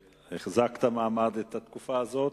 שהחזקת מעמד את התקופה הזאת,